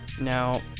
Now